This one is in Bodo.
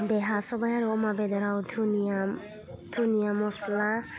बे हा सबाइ आरो अमा बेदराव दुनिया दुनिया मस्ला